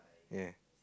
ya